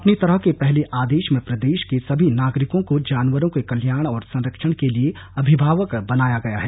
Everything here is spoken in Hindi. अपनी तरह के पहले आदेश में प्रदेश के सभी नागरिकों को जानवरों के कल्याण और संरक्षण के लिए अभिभावक बनाया गया है